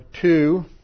two